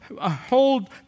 hold